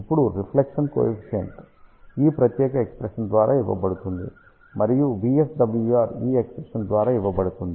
ఇప్పుడు reflection coefficient ఈ ప్రత్యేక ఎక్ష్ప్రెషన్ ద్వారా ఇవ్వబడుతుంది మరియు VSWR ఈ ఎక్ష్ప్రెషన్ ద్వారా ఇవ్వబడుతుంది